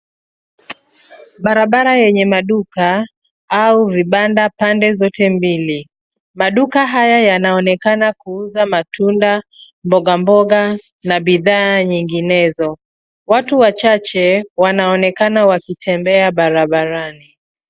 Barabara yenye maduka au vibanda pande zote mbili. Maduka haya yanaonekana kuuza matunda, mbogamboga na bidhaa nyinginezo. Watu wachache wanaonekana wakitembea barabarani.